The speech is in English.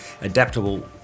adaptable